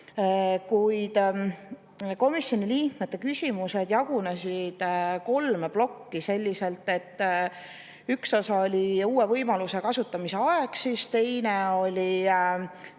kõlasid. Komisjoni liikmete küsimused jagunesid kolme plokki selliselt, et üks osa oli uue võimaluse kasutamise aeg, teine oli